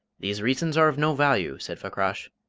these reasons are of no value, said fakrash,